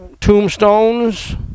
Tombstones